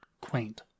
quaint